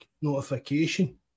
notification